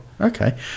okay